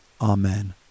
Amen